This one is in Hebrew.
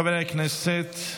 חברי הכנסת,